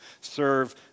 serve